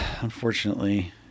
unfortunately